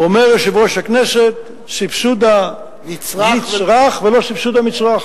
אומר יושב-ראש הכנסת: סבסוד הנצרך ולא סבסוד המצרך.